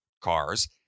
cars